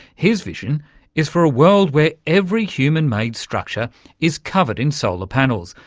his vision is for a world where every human-made structure is covered in solar panels,